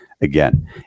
again